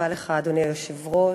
אדוני היושב-ראש,